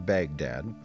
Baghdad